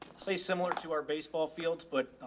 say similar to our baseball fields, but,